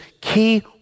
key